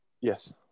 Yes